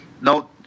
No